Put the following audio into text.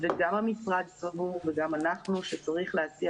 גם המשרד סבור וגם אנחנו שצריך להסיע